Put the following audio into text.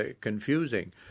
confusing